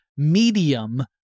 medium